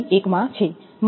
માફ કરશો 0